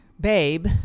Babe